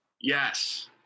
yes